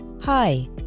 Hi